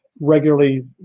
regularly